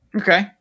Okay